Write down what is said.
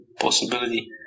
possibility